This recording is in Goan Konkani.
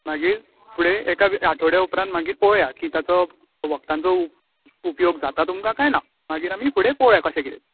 मागीर फुडें एका आठवड्या उपरांत पोवया ताचो वखदांचो उपयोग जाता तुमका कांय ना मागीर आमी पोवया कशें कितें तें